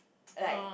like